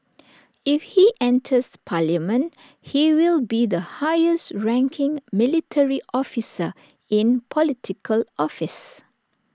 if he enters parliament he will be the highest ranking military officer in Political office